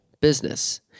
business